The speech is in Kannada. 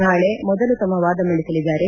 ನಾಳೆ ಮೊದಲು ತಮ್ನ ವಾದ ಮಂಡಿಸಲಿದ್ದಾರೆ